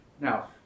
Now